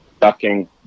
ducking